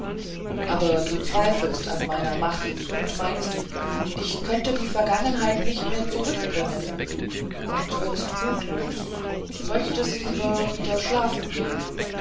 aber du zweifelst an meiner macht und meinst ich könnte die vergangenheit nicht mehr zurückbringen und wirst mutlos und möchtest lieber wieder schlafen gehen